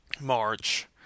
March